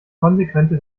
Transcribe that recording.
konsequente